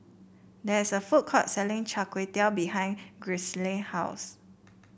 there is a food court selling Char Kway Teow Behind Grisely house